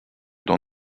dans